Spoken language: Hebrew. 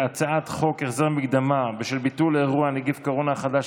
הצעת חוק החזר מקדמה בשל ביטול אירוע (נגיף הקורונה החדש),